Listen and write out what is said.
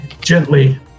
gently